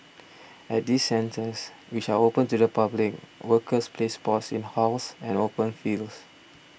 at these centres which are open to the public workers play sports in halls and open fields